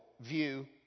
view